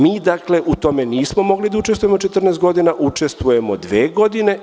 Mi, dakle, u tome nismo mogli da učestvujemo 14 godina, učestvujemo dve godine.